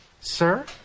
Sir